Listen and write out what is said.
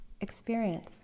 experience